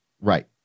right